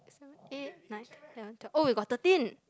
seven eight nine ten eleven twelve oh we got thirteen